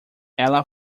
ela